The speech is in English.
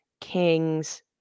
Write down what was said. Kings